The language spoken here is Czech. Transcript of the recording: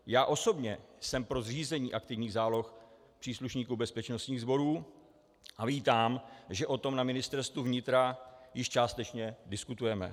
Já osobně jsem pro zřízení aktivních záloh příslušníků bezpečnostních sborů a vítám, že o tom na Ministerstvu vnitra již částečně diskutujeme.